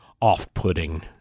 off-putting